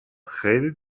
خیلی